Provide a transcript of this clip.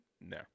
no